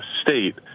state